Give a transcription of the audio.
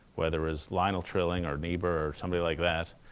whether as lionel trilling or niebuhr or somebody like that.